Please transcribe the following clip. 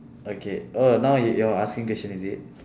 okay oh now you are asking question is it